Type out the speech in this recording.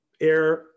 air